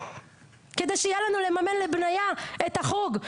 כדי שיהיה לנו לממן לבניה את החוג,